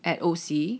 at O_C